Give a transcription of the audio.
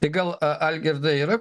tai gal algirdai yra